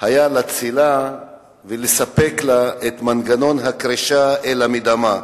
היה להצילה ולספק לה את מנגנון הקרישה אלא מדמה.